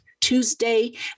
Tuesday